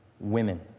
Women